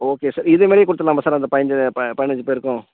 okay sir இதே மாதிரியே கொடுத்துர்லாமா சார் அந்த பைஞ்சு ப பதினஞ்சு பேருக்கும்